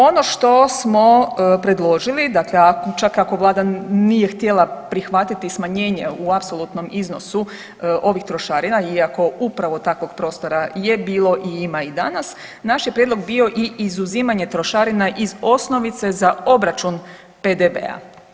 Ono što smo predložili, dakle čak ako Vlada nije htjela prihvatiti smanjenje u apsolutnom iznosu ovih trošarina iako upravo takvog prostora je bilo i ima i danas, naš je prijedlog bio i izuzimanje trošarina iz osnovice za obračun PDV-a.